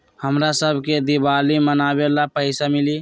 हमरा शव के दिवाली मनावेला पैसा मिली?